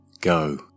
Go